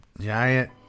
giant